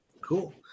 Cool